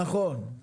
נכון, גם,